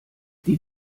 die